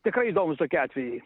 tikrai įdomūs tokie atvejai